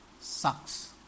Sucks